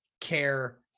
care